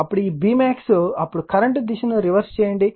అప్పుడు ఈ Bmax అప్పుడు కరెంట్ దిశను రివర్స్ చేయండి